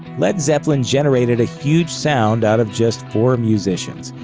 led zeppelin generated a huge sound out of just four musicians,